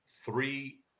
three